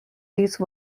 these